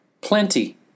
plenty